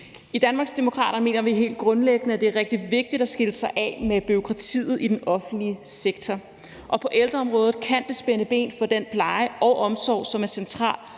I Danmarksdemokraterne mener vi helt grundlæggende, at det er rigtig vigtigt at skille sig af med bureaukratiet i den offentlige sektor, og på ældreområdet kan det spænde ben for den pleje og omsorg, som er central